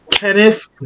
Kenneth